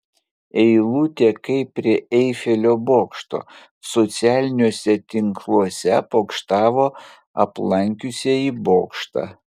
eilutė kaip prie eifelio bokšto socialiniuose tinkluose pokštavo aplankiusieji bokštą